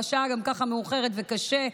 השעה גם ככה מאוחרת וקשה,